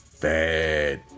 bad